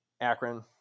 Akron